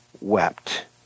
Wept